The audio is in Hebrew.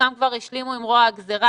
שחלקם כבר השלימו עם רוע הגזרה,